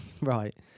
Right